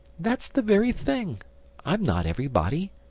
that's the very thing i'm not everybody.